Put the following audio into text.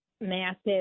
massive